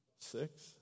six